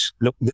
Look